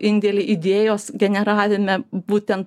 indėlį idėjos generavime būtent